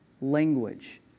language